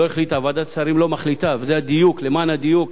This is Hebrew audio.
ועדת שרים לא מחליטה, למען הדיוק,